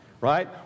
right